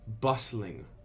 bustling